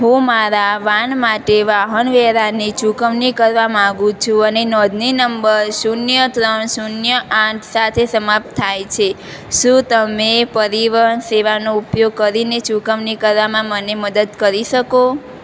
હું મારા વાન માટે વાહન વેરાની ચુકવણી કરવા માંગુ છું અને નોંધણી નંબર શૂન્ય ત્રણ શૂન્ય આઠ સાથે સમાપ્ત થાય છે શું તમે પરિવહન સેવાનો ઉપયોગ કરીને ચુકવણી કરવામાં મને મદદ કરી શકો